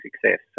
success